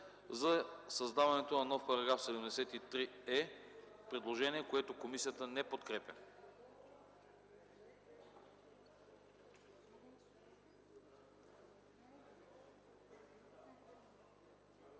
за създаването на нов § 73е. Предложение, което комисията не подкрепя.